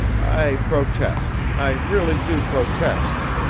i protest. i really do protest,